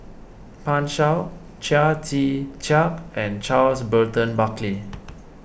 Pan Shou Chia Tee Chiak and Charles Burton Buckley